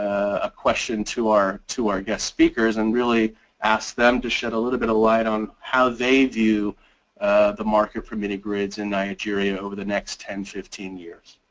a question to our to our guest speakers and really ask them to shed a little bit of light on how they view the market for mini-grids in nigeria over the next ten fifteen years.